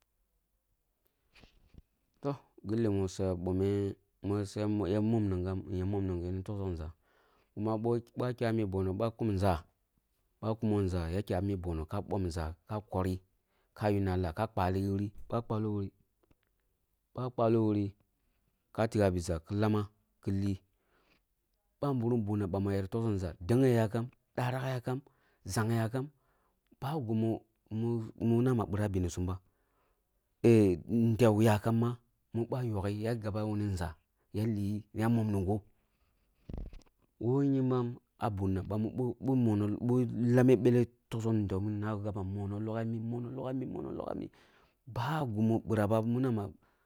Toh, gilli musu ya bomeh, musu mi ya mum nunghe ya mum nunghe ni toksoh nzah kuma ba kyoh ah mi bono ka kumo nʒah, ka kumo nʒah ka kum nʒah, ka kya mi bono ka kor nʒah ka kori ka kpali wuri, ba kpaloh wuri ba kpaloh wuri ka tigha bida ki lama ki li. Ba birim bunna ma yer toksoh nʒah, deyeh yakum, dorak yakam, nzang yakum bah gima nama bīra bensumba eh yakam ma mība ygha ni na mini nʒah yali na mum numgho boh woh yemba ah bumna bami bo bo bo lameh belleh toksok mudo na monoh logha mi monoh loghami momoh logha mi bah gimi birabah mi nama.